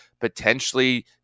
Potentially